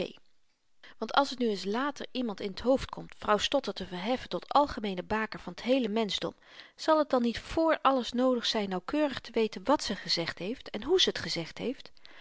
want als t nu eens later iemand in t hoofd komt vrouw stotter te verheffen tot algemeene baker van t heele menschdom zal t dan niet vr alles noodig zyn nauwkeurig te weten wàt ze gezegd heeft en he ze t gezegd heeft